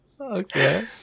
okay